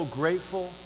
grateful